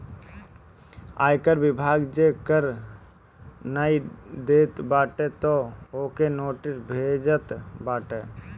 आयकर विभाग जे कर नाइ देत बाटे तअ ओके नोटिस भेजत बाटे